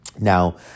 Now